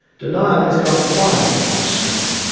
denial has gone quiet on this now.